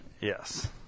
Yes